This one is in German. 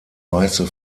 weiße